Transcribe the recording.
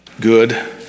good